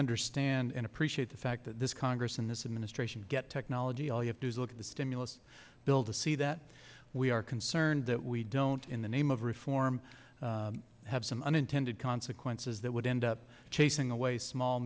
understand and appreciate the fact that this congress and this administration get technology all you have to look at the stimulus bill to see that we are concerned that we don't in the name of reform have some unintended consequences that would end up chasing away small